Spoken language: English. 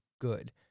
good